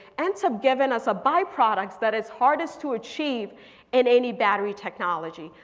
ends up giving us a byproducts that is hardest to achieve in any battery technology.